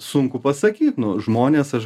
sunku pasakyt nu žmones aš